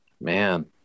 Man